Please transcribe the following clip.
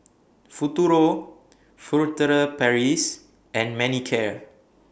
Futuro Furtere Paris and Manicare